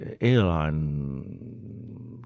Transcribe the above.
airline